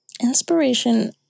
Inspiration